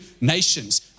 nations